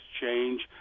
change